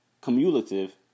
cumulative